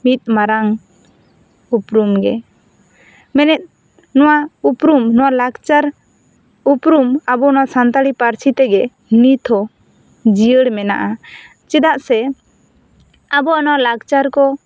ᱢᱤᱫ ᱢᱟᱨᱟᱝ ᱩᱯᱩᱨᱩᱢ ᱜᱮ ᱢᱮᱱᱮᱫ ᱱᱚᱣᱟ ᱩᱯᱩᱨᱩᱢ ᱱᱚᱣᱟ ᱞᱟᱠᱪᱟᱨ ᱩᱯᱩᱨᱩᱢ ᱟᱵᱚ ᱚᱱᱟ ᱥᱟᱱᱛᱟᱲᱤ ᱯᱟᱹᱨᱥᱤ ᱛᱮᱜᱮ ᱱᱤᱛ ᱦᱚᱸ ᱡᱤᱭᱟᱹᱲ ᱢᱮᱱᱟᱜᱼᱟ ᱪᱮᱫᱟᱜ ᱥᱮ ᱟᱵᱚᱣᱟᱜ ᱱᱚᱣᱟ ᱞᱟᱠᱪᱟᱨ ᱠᱚ